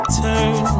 turn